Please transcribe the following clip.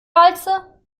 walze